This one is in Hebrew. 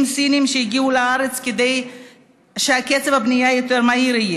סינים שהגיעו לארץ כדי שקצב הבנייה יהיה מהיר יותר.